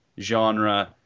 genre